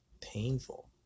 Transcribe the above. painful